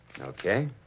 Okay